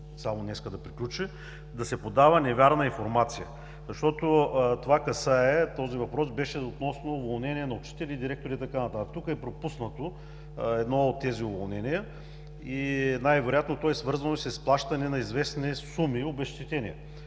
днес да приключи, да се подава невярна информация? Този въпрос беше относно уволнение на учители и директори и така нататък. Тук е пропуснато едно от тези уволнения и най-вероятно то е свързано с изплащане на известни суми и обезщетения.